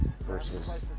versus